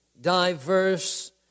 diverse